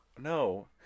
No